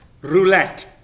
roulette